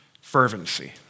fervency